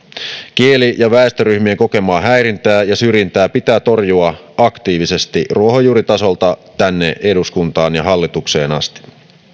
kieli ja väestöryhmien kokemaa häirintää ja syrjintää pitää torjua aktiivisesti ruohonjuuritasolta tänne eduskuntaan ja hallitukseen asti